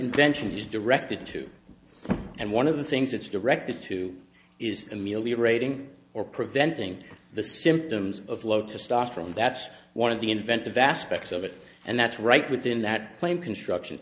invention is directed to and one of the things it's directed to is ameliorating or preventing the symptoms of low testosterone that's one of the invent the vast parts of it and that's right within that claim construction